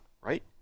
Right